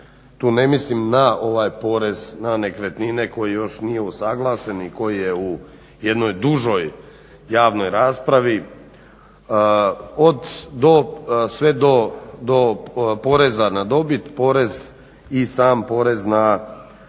tu ne mislim na ovaj porez na nekretnine koji još nije usuglašen i koji je u jednoj dužoj javnoj raspravi sve do poreza na dobit i sam porez na PDV